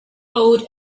owed